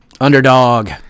Underdog